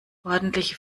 ordentliche